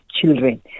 children